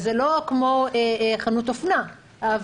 זה לא כמו חנות אופנה.